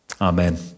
Amen